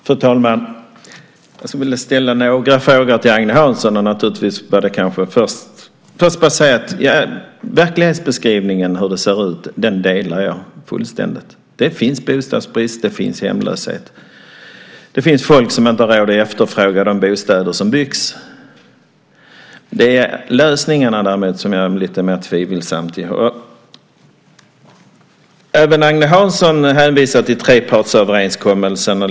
Fru talman! Jag skulle vilja ställa några frågor till Agne Hansson. Jag vill först säga att jag delar verklighetsbeskrivningen fullständigt. Det finns bostadsbrist. Det finns hemlöshet. Det finns folk som inte har råd att efterfråga de bostäder som byggs. Det är lösningarna som jag är lite mer tveksam till. Även Agne Hansson hänvisar till trepartsöverenskommelsen.